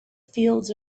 fields